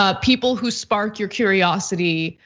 ah people who spark your curiosity,